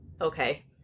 okay